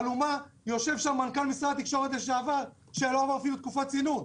ב"אלומה" יושב מנכ"ל משרד התקשורת לשעבר שלא עבר אפילו תקופת צינון.